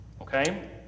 okay